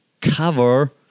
cover